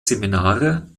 seminare